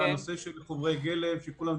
נושא חומרי הגלם, שכולם